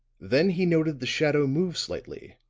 then he noted the shadow move slightly,